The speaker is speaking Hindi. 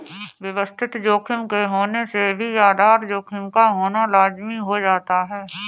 व्यवस्थित जोखिम के होने से भी आधार जोखिम का होना लाज़मी हो जाता है